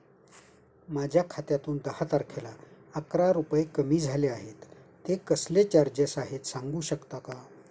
माझ्या खात्यातून दहा तारखेला अकरा रुपये कमी झाले आहेत ते कसले चार्जेस आहेत सांगू शकता का?